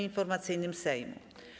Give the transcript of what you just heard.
Informacyjnym Sejmu.